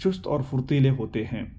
چست اور فرتیلے ہوتے ہیں